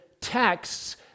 texts